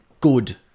good